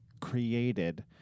created